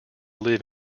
live